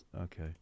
Okay